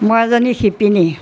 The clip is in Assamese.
মই এজনী শিপিনী